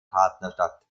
partnerstadt